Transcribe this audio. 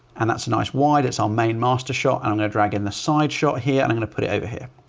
and that's a nice wide, it's our main master shot and i'm going to drag in the side shot here. i'm going to put it over here.